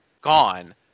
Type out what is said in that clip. gone